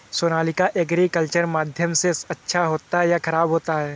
Sonalika agriculture माध्यम से अच्छा होता है या ख़राब होता है?